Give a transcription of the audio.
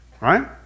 right